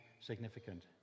significant